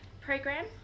program